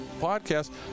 podcast